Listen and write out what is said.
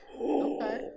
Okay